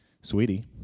sweetie